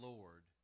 Lord